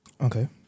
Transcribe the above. Okay